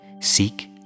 seek